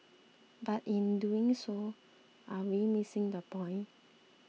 but in doing so are we missing the point